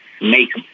make